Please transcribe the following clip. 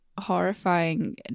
horrifying